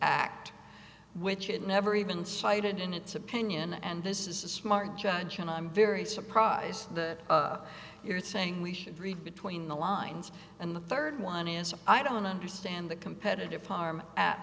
act which it never even cited in its opinion and this is a smart judge and i'm very surprised that you're saying we should read between the lines and the third one is i don't understand the competitive harm at